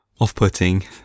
off-putting